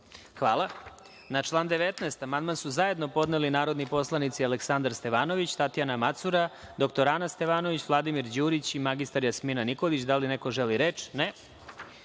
Hvala. Na član 19. amandman su zajedno podneli narodni poslanici Aleksandar Stevanović, Tatjana Macura, dr Ana Stevanović, Vladimir Đurić i mr Jasmina Nikolić. Da li neko želi reč?